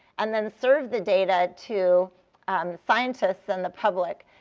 and then serve the data to um scientists and the public.